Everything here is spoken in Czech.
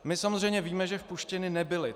My samozřejmě víme, že vpuštěny nebyly.